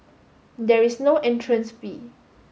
there is no entrance fee